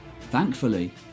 Thankfully